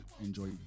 enjoy